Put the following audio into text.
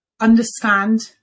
understand